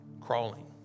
crawling